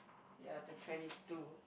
ya two twenty two